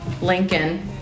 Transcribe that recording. Lincoln